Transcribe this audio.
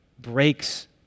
breaks